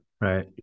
Right